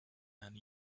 and